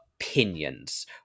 opinions